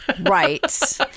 Right